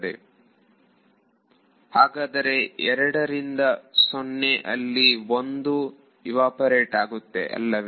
ವಿದ್ಯಾರ್ಥಿ ಹಾಗಾದರೆ2 ಇಂದ 0 ಅಲ್ಲಿ 1 ಯುವಾಪೊರೇಟ್ ಆಗುತ್ತೆ ಅಲ್ಲವೇ